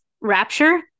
rapture